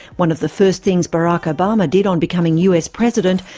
one of the first things barack obama did on becoming us president,